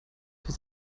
für